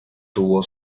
tuvo